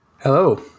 hello